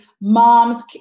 moms